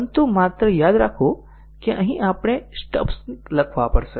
પરંતુ માત્ર યાદ રાખો કે અહીં આપણે સ્ટબ્સ લખવા પડશે